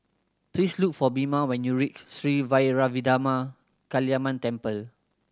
please look for Bina when you reach Sri Vairavimada Kaliamman Temple